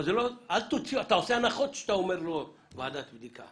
אבל אתה עושה לעצמך הנחות כשאתה אומר לא לוועדת בדיקה.